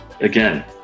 again